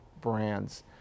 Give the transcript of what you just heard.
brands